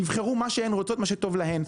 הן יבחרו מה שהן רוצות, מה שטוב להן.